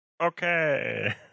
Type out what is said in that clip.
Okay